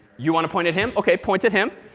you want to point at him? ok. point at him.